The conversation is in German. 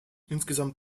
insgesamt